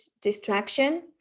distraction